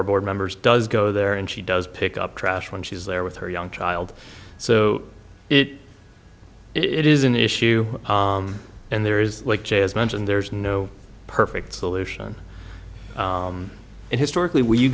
our board members does go there and she does pick up trash when she is there with her young child so it it is an issue and there is like j is mentioned there is no perfect solution and historically we are